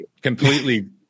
completely